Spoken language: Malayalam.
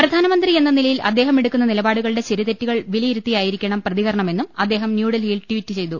പ്രധാനമന്ത്രി എന്ന നിലയിൽ അദ്ദേഹം എടുക്കുന്ന നിലപാടുകളുടെ ശരിതെറ്റുകൾ വിലയിരുത്തിയായിരിക്കണം പ്രതികരണമെന്നും അദ്ദേഹം ന്യൂഡൽഹിയിൽ ട്വീറ്റ് ചെയ്തു